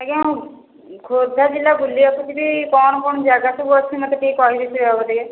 ଆଜ୍ଞା ଖୋର୍ଦ୍ଧା ଜିଲ୍ଲା ବୁଲିବାକୁ ଯିବି କଣ କଣ ଯାଗା ସବୁ ଅଛି ମୋତେ ଟିକେ କହିବେ ସେ ବାବଦରେ